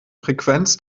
frequenz